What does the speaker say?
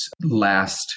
last